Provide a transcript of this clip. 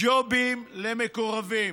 ג'ובים למקורבים,